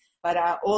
para